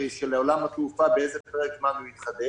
לגבי ה-Recovery של עולם התעופה באיזה פרק זמן הוא יתחדש,